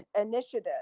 initiative